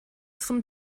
zum